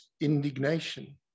indignation